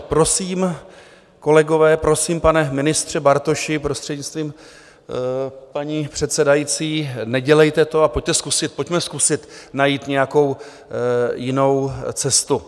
Prosím, kolegové, prosím, pane ministře Bartoši, prostřednictvím paní předsedající, nedělejte to a pojďme zkusit najít nějakou jinou cestu.